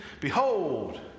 Behold